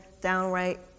downright